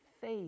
faith